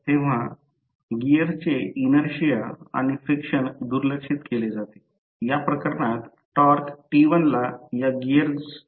तर 3 phase induction motors ही उद्योगात सर्वात जास्त वापरत येणारी मोटर आहे